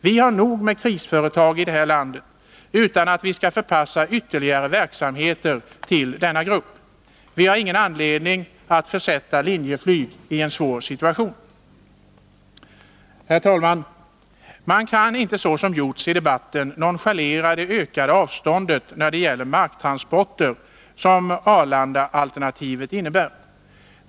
Vi har nog med krisföretag i detta land utan att vi skall förpassa ytterligare verksamheter till denna grupp. Vi har ingen anledning att försätta Linjeflyg i en svår situation. Herr talman! Man kan inte, så som gjorts i debatten, nonchalera det ökade avståndet när det gäller marktransporter som Arlandaalternativet innebär.